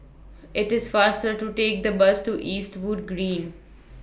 IT IS faster to Take The Bus to Eastwood Green